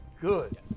Good